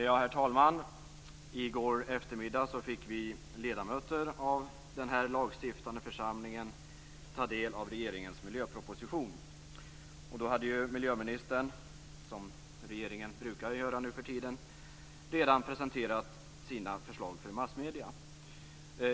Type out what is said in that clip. Herr talman! I går eftermiddag fick vi ledamöter av denna lagstiftande församling ta del av regeringens miljöproposition. Då hade miljöministern, som regeringen brukar göra nu för tiden, redan presenterat sina förslag för massmedierna.